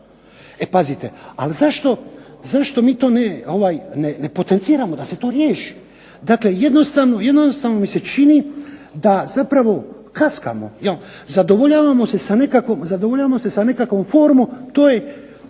E pazite, ali zašto mi to ne potenciramo da se to riješi. Dakle, jednostavno mi se čini da zapravo kaskamo, zadovoljavamo se sa nekakvom formom. To je,